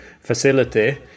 facility